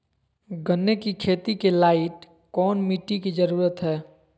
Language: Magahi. गन्ने की खेती के लाइट कौन मिट्टी की जरूरत है?